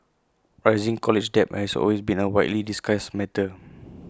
rising college debt has always been A widely discussed matter